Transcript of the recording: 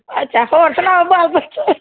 ਅੱਛਾ ਹੋਰ ਸੁਣਾਓ ਭੈਣ ਕੁਛ